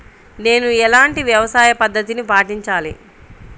నేను ఎలాంటి వ్యవసాయ పద్ధతిని పాటించాలి?